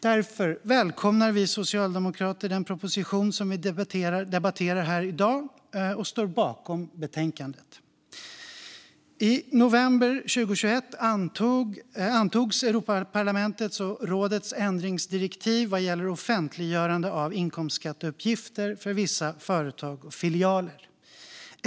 Därför välkomnar vi socialdemokrater den proposition som vi debatterar här i dag, och vi står bakom betänkandet. I november 2021 antogs Europaparlamentets och rådets ändringsdirektiv vad gäller offentliggörande av inkomstskatteuppgifter för vissa företag och filialer.